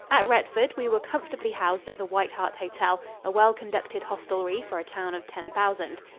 at retford we were comfortably housed at the white hart hotel, a well conducted hostelry for a town of ten thousand.